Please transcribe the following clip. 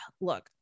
look